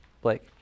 Blake